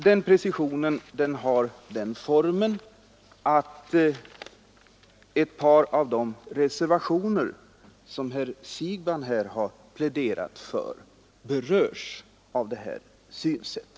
Den preciseringen har sådan form att ett par av de reservationer som herr Siegbahn här har pläderat för berörs av detta synsätt.